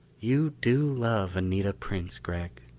you do love anita prince, gregg?